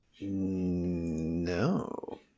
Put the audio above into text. No